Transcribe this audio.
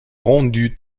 rendu